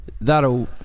that'll